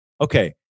Okay